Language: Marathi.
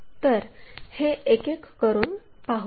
तर हे एक एक करून पाहूया